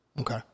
Okay